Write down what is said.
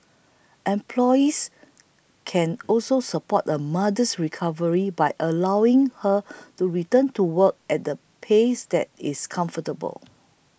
employees can also support a mother's recovery by allowing her to return to work at a pace that is comfortable